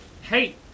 hey